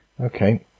okay